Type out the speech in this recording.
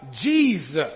Jesus